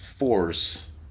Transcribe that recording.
force